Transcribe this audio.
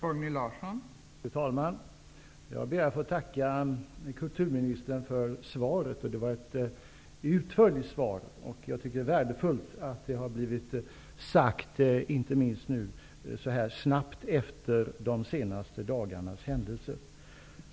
Fru talman! Jag ber att få tacka kulturministern för svaret. Det var ett utförligt svar. Jag tycker det är värdefullt att detta nu snabbt har blivit sagt, inte minst med tanke på de senaste dagarnas händelser.